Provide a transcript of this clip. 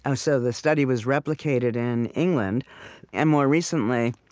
ah so the study was replicated in england and, more recently,